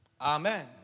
Amen